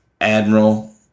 Admiral